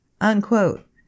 unquote